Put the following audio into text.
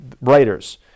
writers